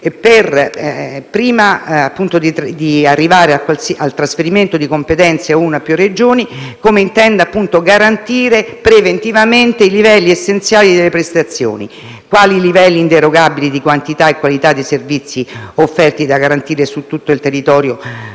prima di arrivare al trasferimento di competenze ad una o più Regioni, per garantire preventivamente i livelli essenziali delle prestazioni e quali livelli inderogabili di quantità e qualità dei servizi offerti intende garantire su tutto il territorio